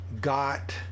got